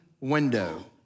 window